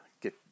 get